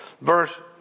verse